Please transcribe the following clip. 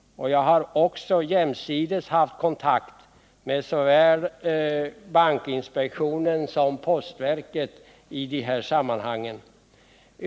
Jag har också jämsides haft kontakt med såväl bankinspektionen som postverket i de här sammanhangen.